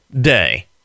Day